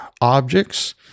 objects